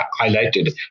highlighted